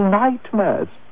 nightmares